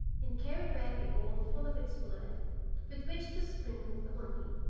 and carried back a bowl full of its blood with which to sprinkle the monkey.